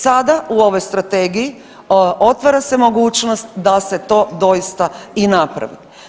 Sada u ovoj strategiji otvara se mogućnost da se to doista i napravi.